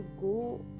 go